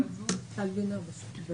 מיוחדות להתמודדות עם נגיף הקורונה החדש (הוראת